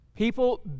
People